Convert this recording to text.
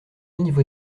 niveau